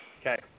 Okay